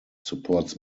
supports